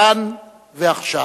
כאן ועכשיו.